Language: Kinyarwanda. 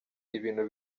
ibintu